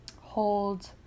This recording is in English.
hold